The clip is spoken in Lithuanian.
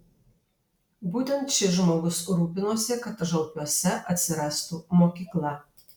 būtent šis žmogus rūpinosi kad žalpiuose atsirastų mokykla